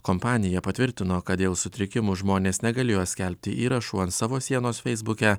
kompanija patvirtino kad dėl sutrikimų žmonės negalėjo skelbti įrašų ant savo sienos feisbuke